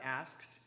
asks